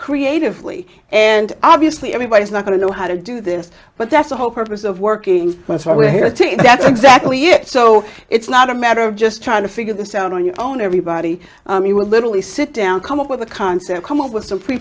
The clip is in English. creatively and obviously everybody's not going to know how to do this but that's the whole purpose of working that's why we're here today that's exactly it so it's not a matter of just trying to figure this out on your own everybody you will literally sit down come up with a concept come up with a pre